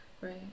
Right